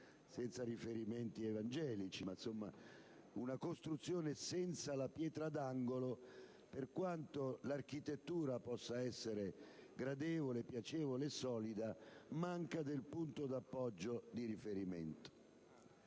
fare riferimenti evangelici): una costruzione senza la pietra d'angolo, per quanto l'architettura possa essere gradevole, piacevole e solida, manca del punto di appoggio di riferimento.